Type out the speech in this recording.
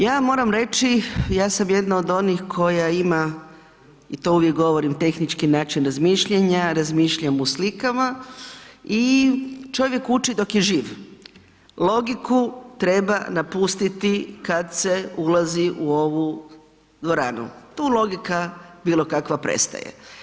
Ja moram reći, ja sam jedna od onih koja ima i to uvijek govorim tehnički način razmišljanja, razmišljam u slikama i čovjek uči dok je živ, logiku treba napustiti kad se ulazi u ovu dvoranu, tu logika bilokakva prestaje.